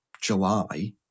July